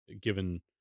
given